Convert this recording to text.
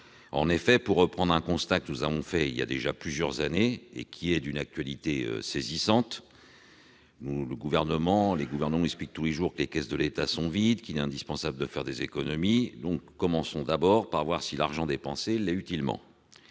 En effet, pour reprendre un constat que nous avons fait il y a plusieurs années et qui est d'une actualité saisissante, le Gouvernement explique tous les jours que les caisses de l'État sont vides et qu'il est indispensable de faire des économies, mais commençons par voir si l'argent dépensé l'est utilement,